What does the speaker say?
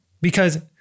because-